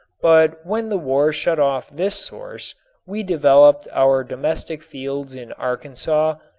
but when the war shut off this source we developed our domestic fields in arkansas,